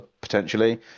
potentially